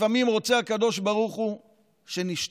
לפעמים רוצה הקדוש ברוך הוא שנשתוק,